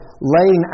laying